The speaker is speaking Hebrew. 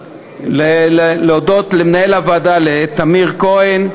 להודות למנהל הוועדה טמיר כהן,